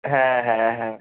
হ্যাঁ হ্যাঁ হ্যাঁ